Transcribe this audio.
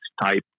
type